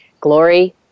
Glory